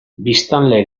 biztanle